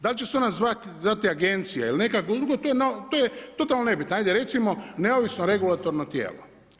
Da li će se ona zvati agencija ili nekako drugo, to je totalno nebitno, ajde recimo neovisno regulatorno tijelo.